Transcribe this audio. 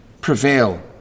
prevail